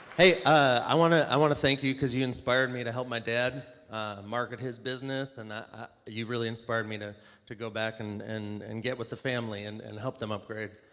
hey, i wanna i wanna thank you cause you inspired me to help my dad market his business and you really inspired me to to go back and and and get with the family and and help them upgrade.